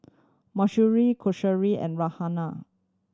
Mahsuri and Raihana